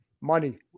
money